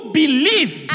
believe